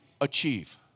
achieve